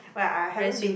well I haven't been